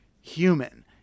human